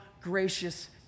gracious